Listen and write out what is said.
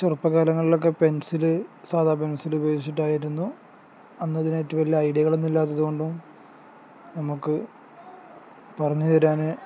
ചെറുപ്പ കാലങ്ങളിലൊക്കെ പെൻസില് സാധാ പെൻസില് ഉപയോഗിച്ചിട്ടായിരുന്നു അന്നതിനേറ്റവും വലിയ ഐഡിയകളൊന്നും ഇല്ലാത്തത് കൊണ്ടും നമുക്ക് പറഞ്ഞുതരാൻ